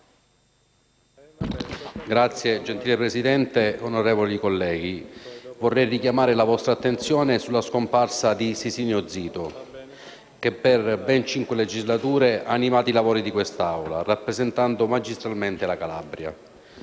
MPL))*. Gentile Presidente, onorevoli colleghi, vorrei richiamare la vostra attenzione sulla scomparsa di Sisinio Zito, che per ben cinque legislature ha animato i lavori di quest'Assemblea, rappresentando magistralmente la Calabria.